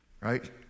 right